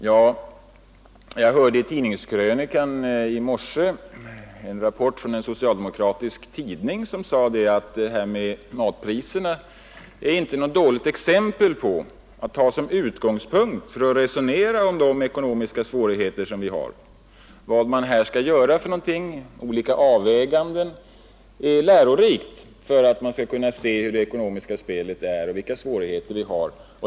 Ja, jag hörde i Tidningskrönikan i morse en rapport från en socialdemokratisk tidning, där man förklarade att matpriserna inte är något dåligt exempel att ta som utgångspunkt för att resonera om de ekonomiska svårigheter vi har att brottas med. De olika avvägningar man här måste göra är ett lärorikt exempel på hur det ekonomiska maskineriet fungerar och vilka svårigheter vi har.